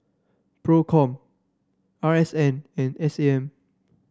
Procom R S N and S A M